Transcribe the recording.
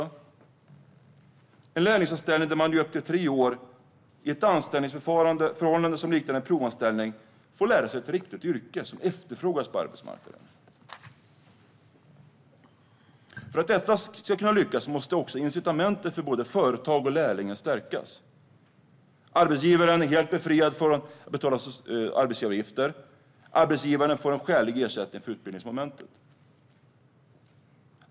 Det är en lärlingsanställning där man i upp till tre år i ett anställningsförhållande som liknar en provanställning får lära sig ett riktigt yrke som efterfrågas på arbetsmarknaden. För att detta ska kunna lyckas måste också incitamenten för både företaget och lärlingen stärkas. Arbetsgivaren ska vara helt befriad från att betala arbetsgivaravgifter, och arbetsgivaren får en skälig ersättning för utbildningsmomentet.